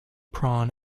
prawn